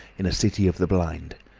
in a city of the blind.